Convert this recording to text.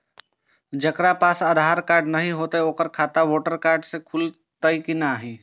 जकरा पास आधार कार्ड नहीं हेते ओकर खाता वोटर कार्ड से खुलत कि नहीं?